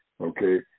Okay